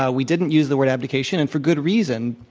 ah we didn't use the word abdication, and for good reason,